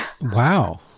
Wow